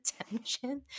attention